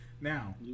Now